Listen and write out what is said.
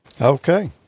Okay